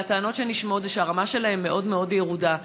הטענות שנשמעות הן שהרמה שלהם מאוד מאוד ירודה.